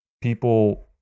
people